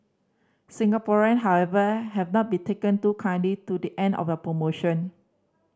Singaporean however have not been taken too kindly to the end of the promotion